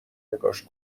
نگاش